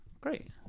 Great